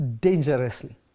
dangerously